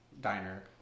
diner